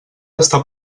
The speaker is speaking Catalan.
està